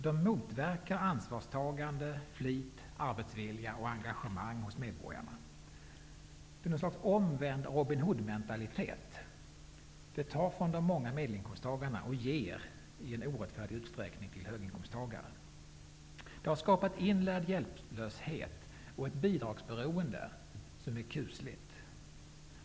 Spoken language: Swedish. De motverkar ansvarstagande, flit, arbetsvilja och engagemang hos medborgarna. Det är en sorts omvänd Robin Hood-mentalitet, att ta från de många medelinkomsttagarna och ge i orättfär dig utsträckning till höginkomsttagare. Detta har skapat inlärd hjälplöshet och ett bi dragsberoende som är kusligt.